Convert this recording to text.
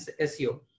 SEO